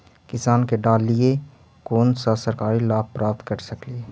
किसान के डालीय कोन सा सरकरी लाभ प्राप्त कर सकली?